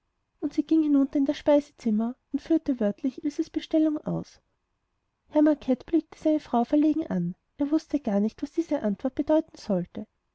und sie ging hinunter in das speisezimmer und führte wörtlich ilses bestellung aus herr macket blickte seine frau verlegen an er wußte gar nicht was diese antwort bedeuten sollte